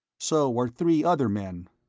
so are three other men.